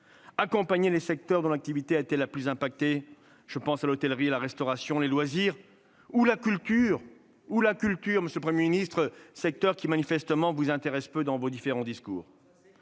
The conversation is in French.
accompagner les secteurs dont l'activité a été la plus affectée- je pense à l'hôtellerie, à la restauration, aux loisirs ou à la culture, monsieur le Premier ministre, un secteur qui, manifestement, vous intéresse peu, d'après vos différents discours.